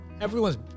everyone's